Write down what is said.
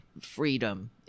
freedom